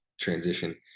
transition